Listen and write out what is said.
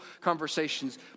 conversations